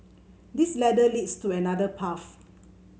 this ladder leads to another path